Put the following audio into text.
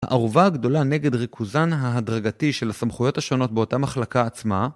הערובה הגדולה נגד ריכוזן ההדרגתי של הסמכויות השונות באותה מחלקה עצמה